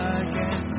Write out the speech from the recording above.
again